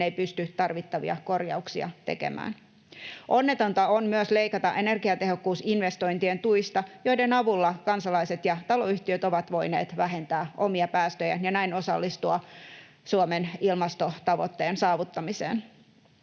ei pysty tarvittavia korjauksia tekemään. Onnetonta on myös leikata energiatehokkuusinvestointien tuista, joiden avulla kansalaiset ja taloyhtiöt ovat voineet vähentää omia päästöjään ja näin osallistua Suomen ilmastotavoitteen saavuttamiseen.